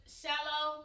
shallow